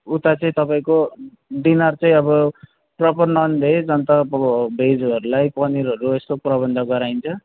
उता चाहिँ तपाईँको डिनर चाहिँ अब प्रपर ननभेज अनि त अब भेजहरूलाई पनिरहरू यस्तो प्रबन्ध गराइन्छ